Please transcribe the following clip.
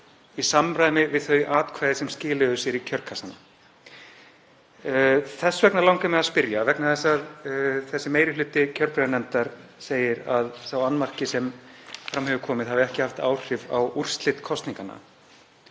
í samræmi við þau atkvæði sem skiluðu sér í kjörkassana. Þess vegna langar mig að spyrja, vegna þess að þessi meiri hluti kjörbréfanefndar segir að sá annmarki sem fram hefur komið hafi ekki haft áhrif á úrslit kosninganna,